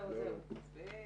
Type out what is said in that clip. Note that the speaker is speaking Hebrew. בשעה